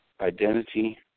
identity